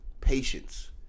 Patience